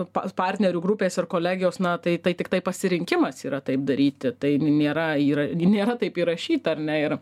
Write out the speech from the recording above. pa partnerių grupės ir kolegijos na tai tai tiktai pasirinkimas yra taip daryti tai nėra yra gi nėra taip įrašyta ar ne ir